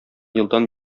елдан